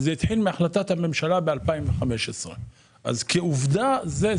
זה התחיל מהחלטת הממשלה בשנת 2015. זה הנתון.